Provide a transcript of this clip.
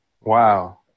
Wow